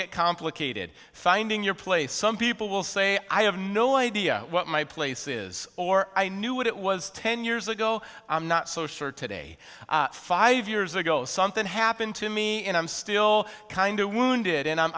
get complicated finding your place some people will say i have no idea what my place is or i knew what it was ten years ago i'm not so sure today five years ago something happened to me and i'm still kind of wounded and i'm